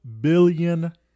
billion